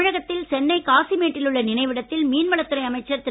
தமிழகத்தில் சென்னை காசிமேட்டிலுள்ள நினைவிடத்தில் மீன்வளத்துறை அமைச்சர் திரு